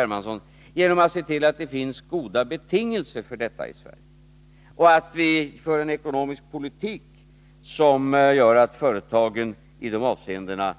Hermansson, genom att se till att det finns goda betingelser för detta i Sverige och att vi för en ekonomisk politik som kan göra att företagen i dessa avseenden